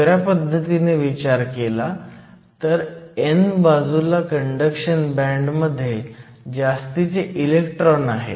दुसऱ्या पद्धतीने विचार केला तर n बाजूला कंडक्शन बँड मध्ये जास्तीचे इलेक्ट्रॉन आहेत